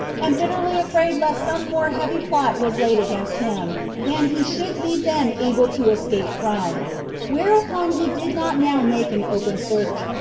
and bitterly afraid lest some more heavy plot was laid against him than he should be then able to escape from whereupon he did not now make an open search,